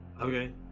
Okay